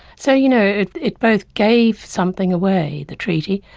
so you know it it both gave something away, the treaty,